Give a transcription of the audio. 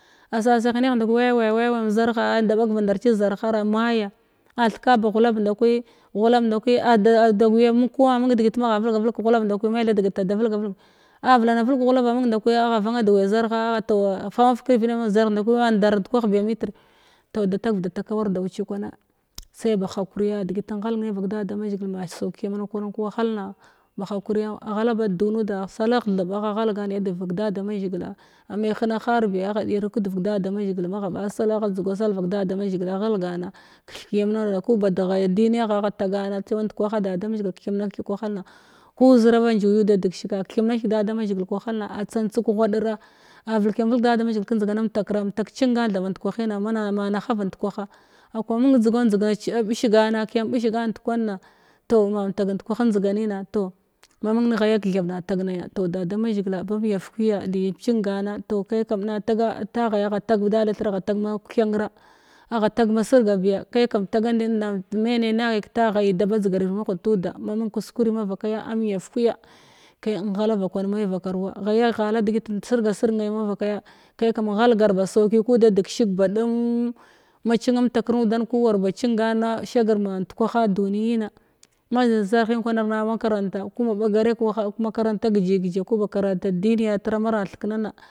A sasagnneh ndai kwi wahala wan zarha da ɓag vandam ci zarhara maya a heka ba glulab ndakwi glulab ndai kwi ada ada guya kuma ma mung nedegit magha velga velg kəghulab nda kuma tha degita magha velga velg kəghulab nda ku ma tha degita ada velgavelg a valan velg kəghulab a mung nda kwi agha vamna duwai zarha toh fa mafug kiriviɗa mung zar ndar ndkwah biya mitr toh da tagav da tagkawar dau ci kwana ba hakwariya degit inghalg nai vak da da mazhigil ma saukiyam na kwanim kəwahala na ba hakiya aghala ba addu nuda salagh theb agha ghəgan agha ɗiya dev vak da da mazhigil a ml hena har biya agha diyara kədev kada da mazhigil magha ɓa mazhigil aghal gana keth kiyam nana ku badghaya addiniya gha agha tagana cewa ndkwaha da da mazhigil kethemna kethig kəwahala na ku zira ba njuguda deg shig keth kiyam na kethig da da mazhigil kawahal na a tsam tseg kəghuaɗira a vulkiyam vulg da da mazhigil kənjdigan mtakra mtak cingan tha band kwahina mana ma nahav ndkwaha a kwa mung dugwan dzughwa a bish gana kiyam ɓish gan ndkwanna toh ma mtak ndwah njdiga nima toh ma mung ghaya ketheɓ na tag naya toh dada mazhigila bam yaf kuya li cingana toh kai kam na taga ta ghaya da li therina aghat tag ma kuthennra agha tag ma sirgabiya kai kam taam dan in me nai naghi kətaghayi da ba dzigar ir viɗ mahud tuda ma mung kuskuri mavakaruwa ghaya ghala degiti in sirga sirg ne mavakya kai kam ghalgav ba sauki kuda deg shig ba ba sauki kuda degshig ba ɗumn ma cimam takr nuda ku war ba cingana duniyi na mz zir zarhim kwana ma karanta kuma ɓa gare ku ba karanta addiniya tra mara thekhana.